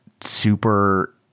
super